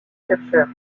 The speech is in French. chercheurs